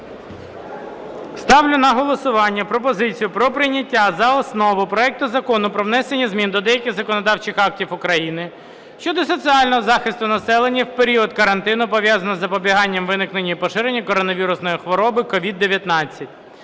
Ставлю на голосування пропозицію про прийняття за основу проекту Закону про внесення змін до деяких законодавчих актів України щодо соціального захисту населення в період карантину, пов'язаного з запобіганням виникнення і поширення коронавірусної хвороби (СOVID-19)